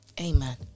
Amen